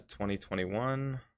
2021